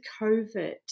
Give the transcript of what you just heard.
COVID